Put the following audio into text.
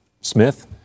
Smith